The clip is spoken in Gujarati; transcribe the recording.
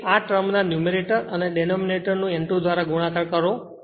તેથી આ ટર્મ ના ન્યૂમરેટર અને ડેનોમીનેટર નો N2 દ્વારા ગુણાકાર કરો